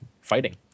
fighting